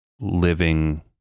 living